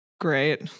Great